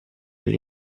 alle